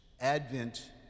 Advent